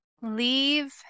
Leave